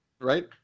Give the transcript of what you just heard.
Right